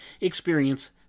experience